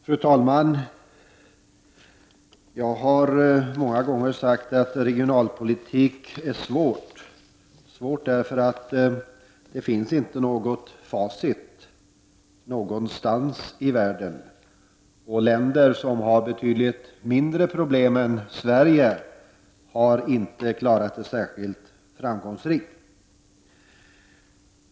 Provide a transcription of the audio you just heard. Fru talman! Jag har många gånger sagt att regionalpolitik är svårt, för det finns inte något facit någonstans i världen. Länder som har betydligt mindre problem än Sverige har inte klarat sin regionalpolitik särskilt framgångsrikt.